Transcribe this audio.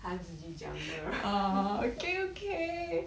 他自己讲的